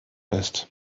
ist